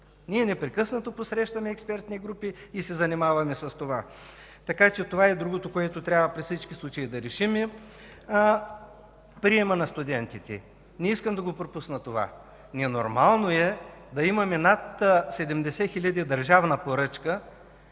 Ние непрекъснато посрещаме експертни групи и се занимаваме с това, така че това е другото, което трябва при всички случаи да решим. Приемът на студентите – не искам да го пропусна това. Ненормално е да имаме над 70 хиляди държавна поръчка